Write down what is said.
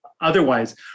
Otherwise